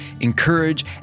encourage